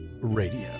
radio